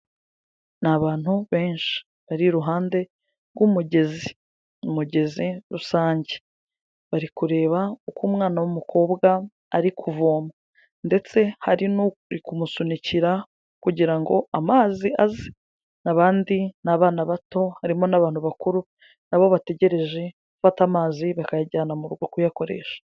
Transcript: Ni abantu benshi bari iruhande rw'umugezi, umugezi rusange. Bari kureba uko umwana w'umukobwa ari kuvoma ndetse hari n’uri kumusunikira kugira ngo amazi aze, abandi ni abana bato, harimo n'abantu bakuru na bo bategereje gufata amazi, bakayajyana mu rugo kuyakoresha.